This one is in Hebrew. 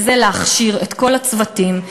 להכשיר את כל הצוותים,